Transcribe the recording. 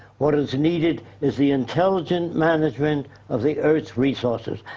what is needed is the intelligent management of the earth's resources.